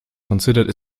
considered